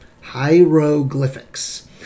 Hieroglyphics